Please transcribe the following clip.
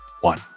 one